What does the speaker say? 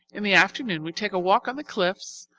in the afternoon we take a walk on the cliffs,